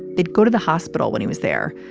they'd go to the hospital when he was there.